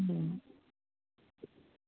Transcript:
ம்